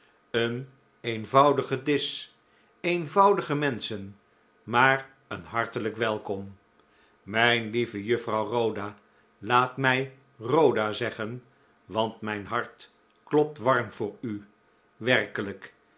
een eenvoudigen disch eenvoudige menschen maar een hartelijk welkom mijn lieve juffrouw rhoda laat niij rhoda zeggen want mijn hart klopt warm voor u werkelijk